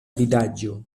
vidaĵo